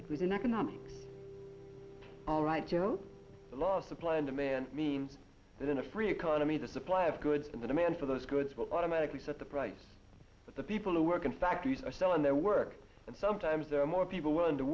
it was an economic all right joe law supply and demand means that in a free economy the supply of good the demand for those goods will automatically set the price but the people who work in factories are selling their work and sometimes there are more people willing to